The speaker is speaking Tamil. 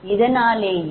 இதனாலேயே 𝛼1−𝛼20